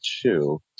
two